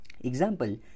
Example